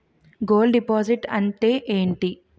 Gold deposit అంతే ఎంటి?